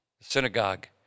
synagogue